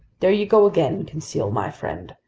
there you go again, conseil my friend!